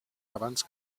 abans